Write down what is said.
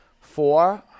four